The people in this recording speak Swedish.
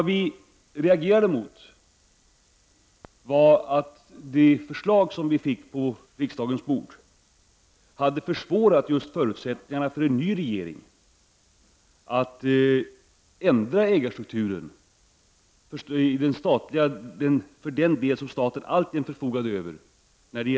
Däremot reagerade vi emot att det förslag som lades på riksdagens bord skulle ha försvårat förutsättningarna för en ny regering att ändra ägarstrukturen i den del som staten alltjämt förfogar över.